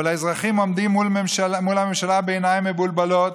אבל האזרחים עומדים מול הממשלה בעיניים מבולבלות.